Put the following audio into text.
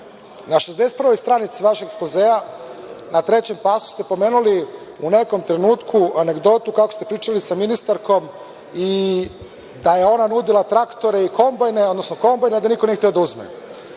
61 strani vašeg ekspozea, u trećem pasusu ste pomenuli u nekom trenutku anegdotu kako ste pričali sa ministarkom, da je ona nudila traktore, odnosno kombajn i da niko nije hteo da uzme.